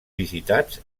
visitats